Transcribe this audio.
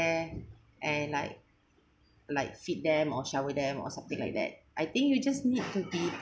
there and like like feed them or shower them or something like that I think you just need to be